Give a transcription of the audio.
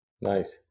Nice